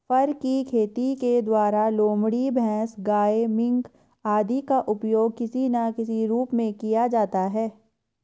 फर की खेती के द्वारा लोमड़ी, भैंस, गाय, मिंक आदि का उपयोग किसी ना किसी रूप में किया जाता है